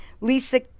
Lisa